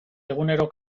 egunero